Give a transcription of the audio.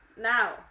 now